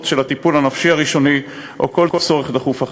של הטיפול הנפשי הראשוני או כל צורך דחוף אחר.